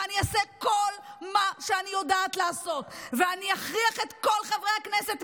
ואני אעשה כל מה שאני יודעת לעשות ואני אכריח את כל חברי הכנסת,